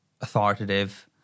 authoritative